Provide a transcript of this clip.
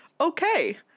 Okay